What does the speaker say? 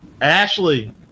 Ashley